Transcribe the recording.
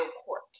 court